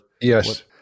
Yes